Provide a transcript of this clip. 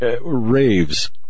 Raves